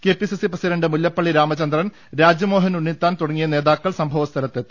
K P C C president Mullappally Ramachandran Rajmohan Unnithan തുടങ്ങിയ നേതാക്കൾ സംഭവ സ്ഥലത്തെത്തി